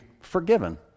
forgiven